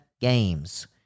games